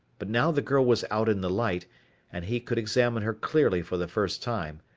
but now the girl was out in the light and he could examine her clearly for the first time,